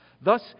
Thus